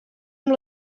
amb